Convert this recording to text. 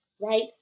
right